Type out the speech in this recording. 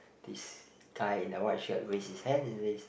this guy in the white shirt raise his hand and it's